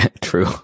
True